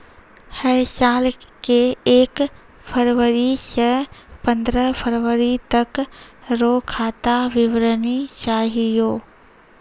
है साल के एक फरवरी से पंद्रह फरवरी तक रो खाता विवरणी चाहियो